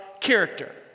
character